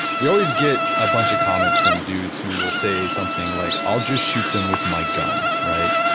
we always get a bunch of comments from dudes who will say something like i'll just shoot them with my gun right.